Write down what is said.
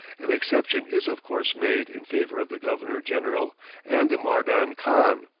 an exception is of course made in favor of the governor-general and mardan khan.